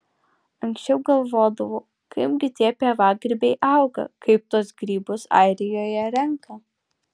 anksčiau galvodavau kaipgi tie pievagrybiai auga kaip tuos grybus airijoje renka